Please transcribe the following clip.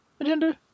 agenda